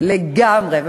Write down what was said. לגמרי.